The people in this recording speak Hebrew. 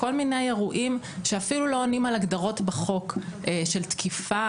כל מיני אירועים שאפילו לא עונים על ההגדרות בחוק של תקיפה,